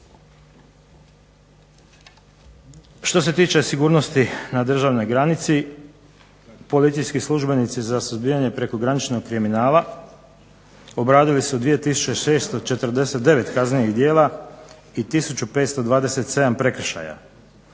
Što se tiče sigurnosti na državnoj granici policijski službenici za suzbijanje prekograničnog kriminala obradili su 2 649 kaznenih djela i 1 527 prekršaja.